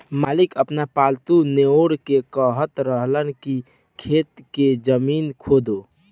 मालिक आपन पालतु नेओर के कहत रहन की खेत के जमीन खोदो